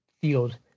field